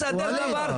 דבר,